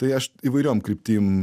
tai aš įvairiom kryptim